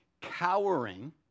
cowering